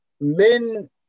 men